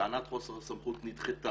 טענת חוסר הסמכות נדחתה.